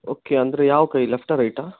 okay ಅಂದರೆ ಯಾವ ಕೈ ಲೆಫ್ಟಾ ರೈಟಾ